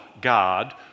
God